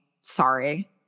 Sorry